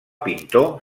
pintor